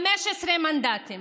15 מנדטים.